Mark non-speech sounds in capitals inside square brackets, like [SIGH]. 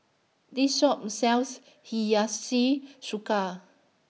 This Shop sells [UNINTELLIGIBLE]